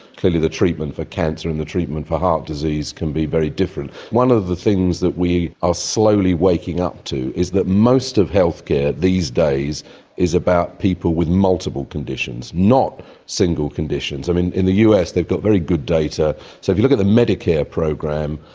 clearly the treatment for cancer and the treatment for heart disease can be very different. one of the things that we are slowly waking up to is that most of health care these days is about people with multiple conditions, not single conditions. um in in the us they've got very good data. so if you look at the medicare program,